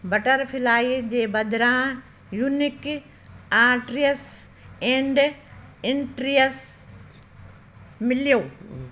butterfly जे बदिरां unique आट्रीअस एंड इंट्रीअस मिलयो